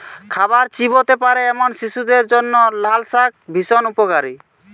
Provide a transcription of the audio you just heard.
খাবার চিবোতে পারে এমন শিশুদের জন্য লালশাক ভীষণ উপকারী